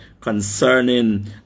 concerning